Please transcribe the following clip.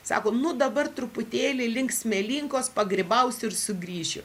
sako nu dabar truputėlį link smėlynkos pagrybausiu ir sugrįšiu